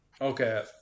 okay